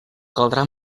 caldrà